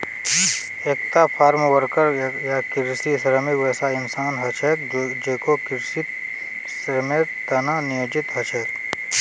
एकता farm worker या कृषि श्रमिक वैसा इंसान ह छेक जेको कृषित श्रमेर त न नियोजित ह छेक